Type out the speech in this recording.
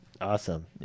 Awesome